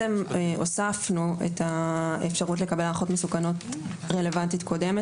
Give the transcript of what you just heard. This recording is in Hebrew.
הוספנו את האפשרות לקבל הערכת מסוכנות רלוונטית קודמת